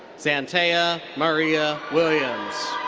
zantaeya maryah williams.